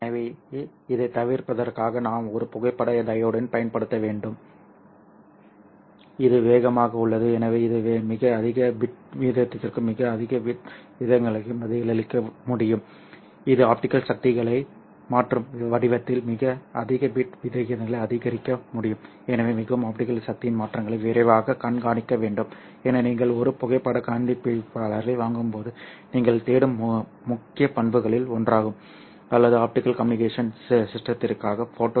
எனவே இதைத் தவிர்ப்பதற்காக நான் ஒரு புகைப்பட டையோடு பயன்படுத்த வேண்டும் இது மிக வேகமாக உள்ளது எனவே இது மிக அதிக பிட் வீதத்திற்கும் மிக அதிக பிட் விகிதங்களுக்கும் பதிலளிக்க முடியும் இது ஆப்டிகல் சக்திகளை மாற்றும் வடிவத்தில் மிக அதிக பிட் விகிதங்களை ஆதரிக்க முடியும் எனவே மிகவும் ஆப்டிகல் சக்தியின் மாற்றங்களை விரைவாகக் கண்காணிக்க வேண்டும் எனவே நீங்கள் ஒரு புகைப்படக் கண்டுபிடிப்பாளரை வாங்கும்போது நீங்கள் தேடும் முக்கிய பண்புகளில் ஒன்றாகும் அல்லது ஆப்டிகல் கம்யூனிகேஷன் சிஸ்டத்திற்காக ஃபோட்டோ டிடெக்டர் சர்க்யூட்டை வடிவமைக்கிறீர்கள்